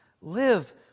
live